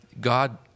God